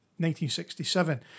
1967